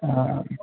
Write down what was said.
آ